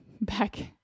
back